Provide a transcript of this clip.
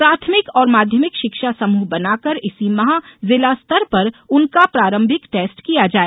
प्राथमिक और माध्यमिक शिक्षा समूह बनाकर इसी माह जिला स्तर पर उनका प्रारंभिक टेस्ट किया जाए